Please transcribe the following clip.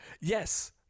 yes